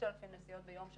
5,000 נסיעות ביום,